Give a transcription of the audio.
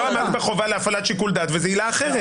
חובה להפעלת שיקול דעת וזאת עילה אחרת.